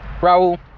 Raul